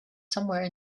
somewhere